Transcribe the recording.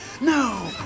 No